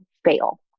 fail